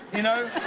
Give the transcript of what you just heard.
you know.